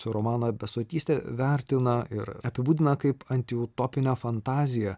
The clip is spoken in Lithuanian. romaną besotystė vertina ir apibūdina kaip antiutopinę fantazija